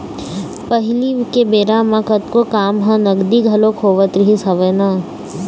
पहिली के बेरा म कतको काम ह नगदी घलोक होवत रिहिस हवय ना